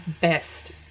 best